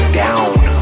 down